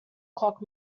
clock